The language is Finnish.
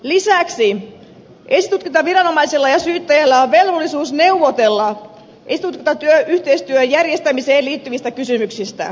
lisäksi esitutkintaviranomaisella ja syyttäjällä on velvollisuus neuvotella esitutkintayhteistyön järjestämiseen liittyvistä kysymyksistä